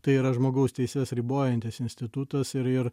tai yra žmogaus teises ribojantis institutas ir ir